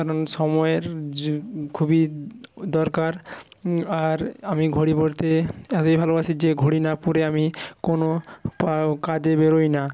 কারণ সময়ের খুবই দরকার আর আমি ঘড়ি পরতে এতোই ভালোবাসি যে ঘড়ি না পরে আমি কোনো কাজে বেরোই না